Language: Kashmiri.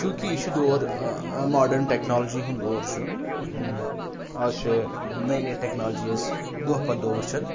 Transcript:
چوٗنٛکہِ یہِ چھُ دور ماڈٲن ٹٮ۪کنالجی ہُنٛد دور چھُ آز چھِ نٔے نٔے ٹٮ۪کنالجیٖز دۄہ پَتہٕ دۄہ وٕچھان